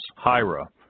Hira